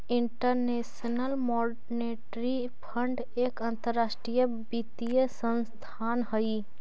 international monetary fund एक अंतरराष्ट्रीय वित्तीय संस्थान हई